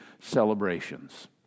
celebrations